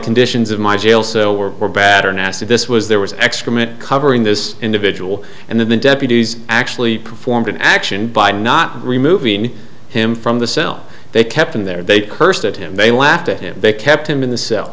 conditions of my jail cell were bad or nasty this was there was excrement covering this individual and then the deputies actually performed an action by not removing him from the cell they kept him there they cursed at him they laughed at him they kept him in the